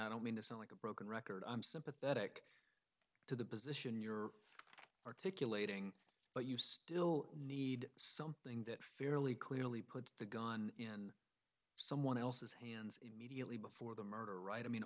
i don't mean to sound like a broken record i'm sympathetic to the position you're articulating but you still need something that fairly clearly put the gun in someone else's hands immediately before the murder right i mean